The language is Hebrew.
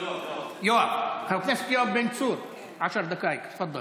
חבר הכנסת יואב בן צור, עשר דקות.